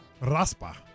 Raspa